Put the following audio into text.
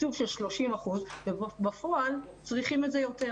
תקצוב של 30% ובפועל צריכים את זה יותר.